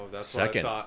second